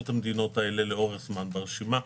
את המדינות האלה לאורך זמן ברשימה.